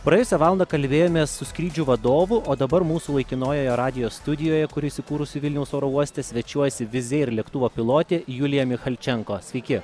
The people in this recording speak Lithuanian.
praėjusią valandą kalbėjomės su skrydžių vadovu o dabar mūsų laikinojoje radijo studijoje kuri įsikūrusi vilniaus oro uoste svečiuojasi vizeir lėktuvo pilotė julija michalčenko sveiki